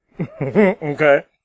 Okay